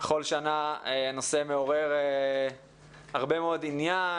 בכל שנה הנושא מעורר הרבה מאוד עניין,